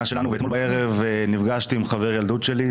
שלנו ואתמול בערב נפגשתי עם חבר ילדות שלי,